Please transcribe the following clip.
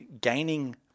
gaining